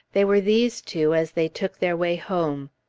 they were these two as they took their way home.